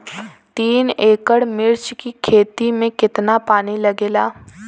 तीन एकड़ मिर्च की खेती में कितना पानी लागेला?